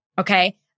Okay